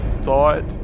thought